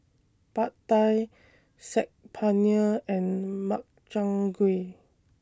Pad Thai Saag Paneer and Makchang Gui